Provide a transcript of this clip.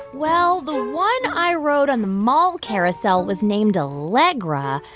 well, the one i rode on the mall carousel was named ah like allegra.